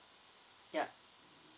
yeah